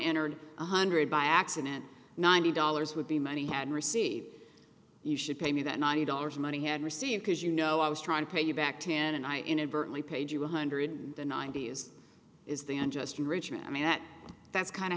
entered one hundred by accident ninety dollars would be money had received you should pay me that ninety dollars money had received as you know i was trying to pay you back tan and i inadvertently paid you one hundred in the ninety's is the end just in richmond i mean that that's kind of